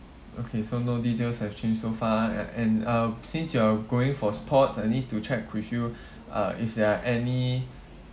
okay so no details have changed so far ah and uh since you are going for sports I need to check with you uh if there are any